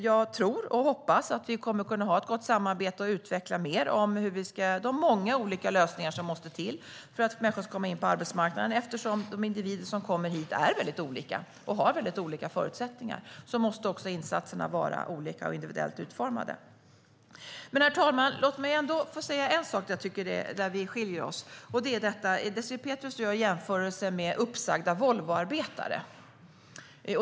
Jag tror och hoppas att vi kommer att kunna ha ett gott samarbete och utveckla mer när det gäller de många olika lösningar som måste till för att människor ska komma in på arbetsmarknaden. Eftersom de individer som kommer hit är väldigt olika och har väldigt olika förutsättningar måste också insatserna vara olika och individuellt utformade. Herr talman! Låt mig ändå få nämna en sak där vi skiljer oss åt. Désirée Pethrus gör en jämförelse med uppsagda Volvoarbetare.